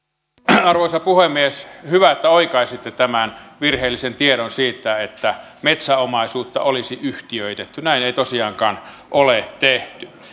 arvoisa puhemies hyvä että oikaisitte tämän virheellisen tiedon siitä että metsäomaisuutta olisi yhtiöitetty näin ei tosiaankaan ole tehty